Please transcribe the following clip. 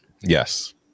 Yes